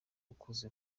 ukuze